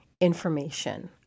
information